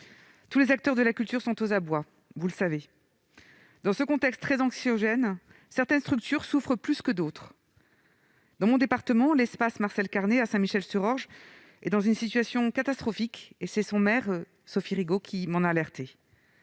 tous les acteurs de la culture sont aux abois. Dans ce contexte très anxiogène, certaines structures souffrent plus que d'autres. Dans mon département, l'espace Marcel-Carné, à Saint-Michel-sur-Orge, est dans une situation catastrophique. C'est le maire de cette commune, Sophie Rigault, qui m'a alertée